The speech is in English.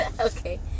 okay